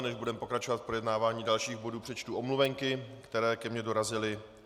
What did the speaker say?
Než budeme pokračovat v projednávání dalších bodů, přečtu omluvenky, které ke mně dorazily.